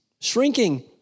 shrinking